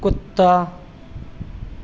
ਕੁੱਤਾ